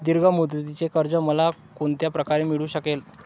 दीर्घ मुदतीचे कर्ज मला कोणत्या प्रकारे मिळू शकेल?